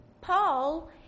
Paul